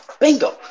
Bingo